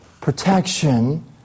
protection